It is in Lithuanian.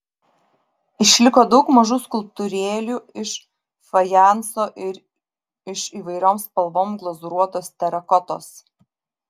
išliko daug mažų skulptūrėlių iš fajanso ir iš įvairiom spalvom glazūruotos terakotos